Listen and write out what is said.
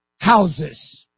houses